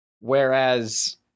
Whereas